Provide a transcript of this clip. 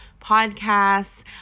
Podcasts